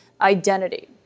identity